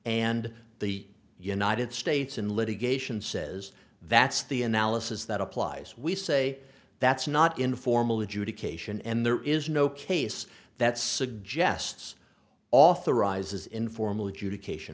and the united states in litigation says that's the analysis that applies we say that's not in formal adjudication and there is no case that suggests authorizes informal adjudication